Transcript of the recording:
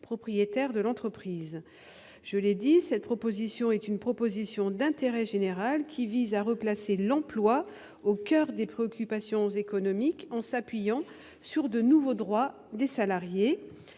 propriétaires de l'entreprise. Je l'ai souligné, c'est une proposition d'intérêt général, qui vise à replacer l'emploi au coeur des préoccupations économiques en s'appuyant sur de nouveaux droits pour les salariés.